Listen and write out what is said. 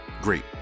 Great